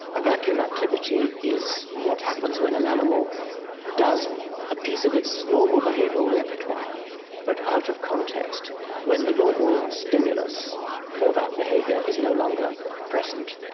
a vacuum activity is what happens when an animal does a piece of its normal behavioural repertoire but out of context when the normal stimulus for that behaviour is no longer present.